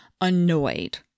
annoyed